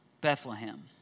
Bethlehem